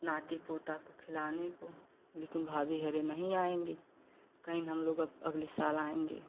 नाती पोता खिलाने को लेकिन भाभी होरे नहीं आएँगी कहिन हम लोग अब अगले साल आएँगे